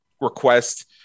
request